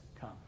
come